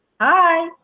Hi